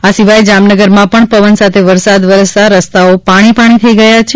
આ સિવાય જામનગરમાં પણ પવન સાથે વરસાદ વરસતા રસ્તાઓ પાણી પાણી થઇ ગયા છે